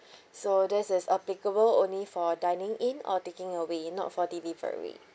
so this is applicable only for dining in or taking away not for delivery